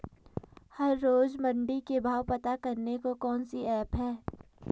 हर रोज़ मंडी के भाव पता करने को कौन सी ऐप है?